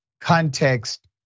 context